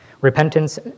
Repentance